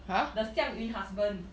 the Xiang Yun husband